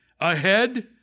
ahead